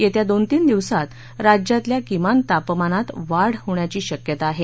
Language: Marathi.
येत्या दोन तीन दिवसात राज्यातल्या किमान तापमानात वाढ होण्याची शक्यता आहे